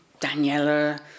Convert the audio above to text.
Daniela